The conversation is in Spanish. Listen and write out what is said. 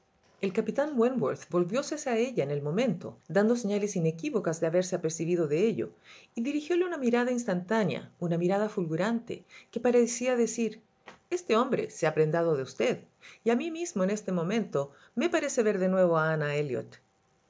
el capitán wentworth volvióse hacia ella en el momento dando señales inequívocas de haberse apercibido de ello y dirigióle una mirada instantánea una mirada fulgurante que parecía decir este hombre se ha prendado de usted y a mí mismo en este momento me parece ver de nuevo a